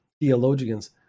Theologians